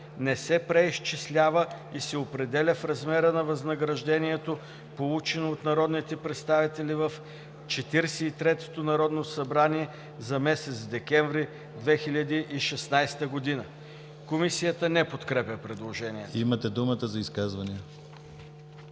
не се преизчислява и се определя в размера на възнаграждението, получено от народните представители в 43-тото Народно събрание за месец декември 2016 г.“ Комисията не подкрепя предложението. ПРЕДСЕДАТЕЛ ДИМИТЪР